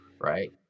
right